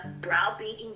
browbeating